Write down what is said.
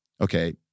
okay